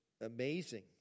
amazing